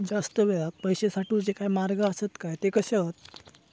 जास्त वेळाक पैशे साठवूचे काय मार्ग आसत काय ते कसे हत?